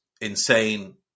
insane